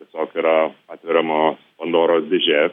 tiesiog yra atveriama pandoros dėžė